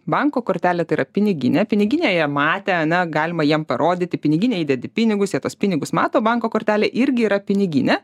banko kortelė tai yra piniginė piniginę jie matę ne galima jiems parodyti į piniginę įdedi pinigus jie tuos pinigus mato banko kortelė irgi yra piniginė